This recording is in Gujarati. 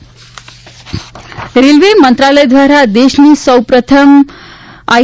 ટ્રેન રેલવે મંત્રાલય દ્વારા દેશની સૌપ્રથમ આઈ